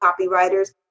copywriters